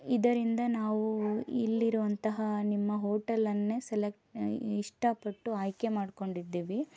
ಇದರಿಂದ ನಾವು ಇಲ್ಲಿರುವಂತಹ ನಿಮ್ಮ ಹೋಟೆಲ್ಲನ್ನೆ ಸೆಲೆಕ್ಟ್ ಇಷ್ಟಪಟ್ಟು ಆಯ್ಕೆ ಮಾಡ್ಕೊಂಡಿದ್ದೀವಿ